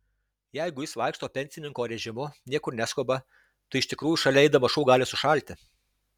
jeigu jis vaikšto pensininko režimu niekur neskuba tai iš tikrųjų šalia eidamas šuo gali sušalti